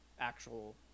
actual